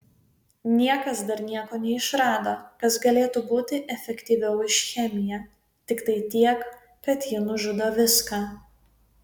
niekas dar nieko neišrado kas galėtų būti efektyviau už chemiją tiktai tiek kad ji nužudo viską